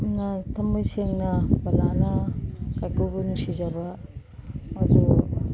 ꯌꯥꯝꯅ ꯊꯝꯃꯣꯏ ꯁꯦꯡꯅ ꯕꯂꯥꯅ ꯀꯥꯏꯀꯨꯕꯨ ꯅꯨꯡꯁꯤꯖꯕ ꯑꯗꯨ